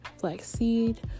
flaxseed